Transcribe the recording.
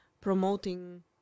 promoting